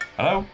Hello